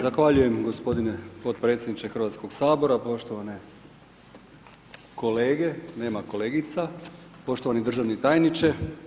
Zahvaljujem gospodine potpredsjedniče Hrvatskog sabora, poštovane kolege, nema kolegica, poštovani državni tajniče.